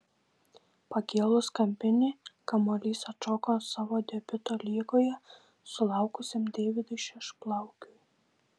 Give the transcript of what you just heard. pakėlus kampinį kamuolys atšoko savo debiuto lygoje sulaukusiam deividui šešplaukiui